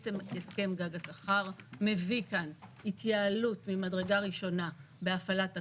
הסכם גג השכר מביא כאן התייעלות ממדרגה ראשונה בהפעלת הכוח,